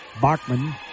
bachman